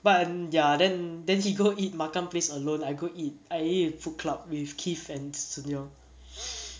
but ya then then he go eat makan place alone I go eat I eat food club with keith and sinyong